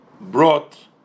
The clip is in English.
brought